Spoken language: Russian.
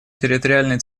территориальной